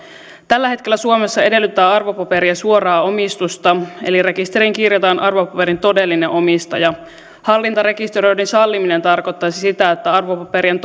tällä hetkellä suomessa edellytetään arvopaperien suoraa omistusta eli rekisteriin kirjataan arvopaperin todellinen omistaja hallintarekisteröinnin salliminen tarkoittaisi sitä että arvopaperien